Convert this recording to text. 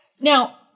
Now